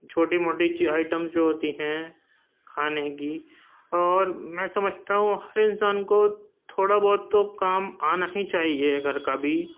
چھوٹی موٹی آئٹم جو ہوتی ہیں کھانے کی اور میں سمجھتا ہوں ہر انسان کو تھوڑا بہت تو کام آنا ہی چاہیے گھر کا بھی